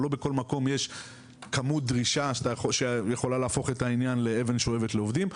לא בכל מקום יש כמות דרישה שיכולה להפוך את העניין לאבן שואבת לעובדים,